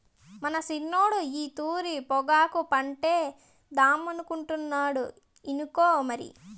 మన సిన్నోడు ఈ తూరి పొగాకు పంటేద్దామనుకుంటాండు ఇనుకో మరి